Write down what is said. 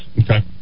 Okay